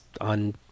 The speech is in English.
on